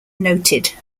noted